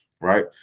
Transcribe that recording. right